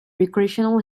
recreational